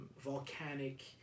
volcanic